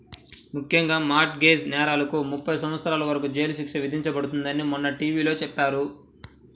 ముఖ్యంగా mortgage నేరాలకు ముప్పై సంవత్సరాల వరకు జైలు శిక్ష విధించబడుతుందని మొన్న టీ.వీ లో చెప్పారు